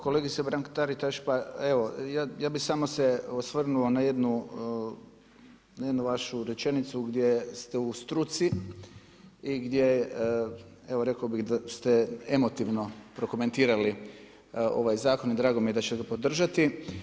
Kolegice Mrak-Taritaš, pa evo ja bi samo se osvrnuo na jednu vašu rečenicu gdje ste u struci i gdje evo rekao bi, da ste emotivno prokomentirali ovaj zakon i drago mi je da ćete ga podržati.